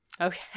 Okay